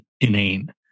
inane